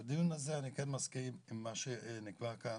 בדיון הזה אני כן מסכים עם מה שנקבע כאן,